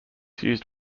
used